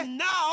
now